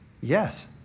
Yes